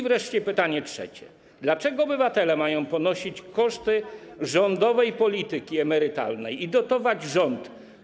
Wreszcie pytanie trzecie: Dlaczego obywatele mają ponosić koszty rządowej polityki emerytalnej i dotować rząd?